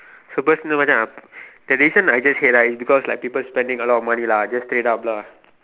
so personal Macha the reason I just say right is because like people spending a lot of money lah just straight up lah